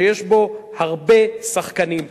שיש בו הרבה שחקנים,